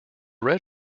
red